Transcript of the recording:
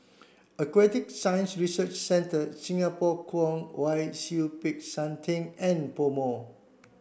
Aquatic Science Research Centre Singapore Kwong Wai Siew Peck San Theng and PoMo